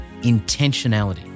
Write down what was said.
Intentionality